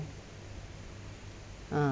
ah